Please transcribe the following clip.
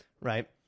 right